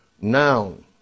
noun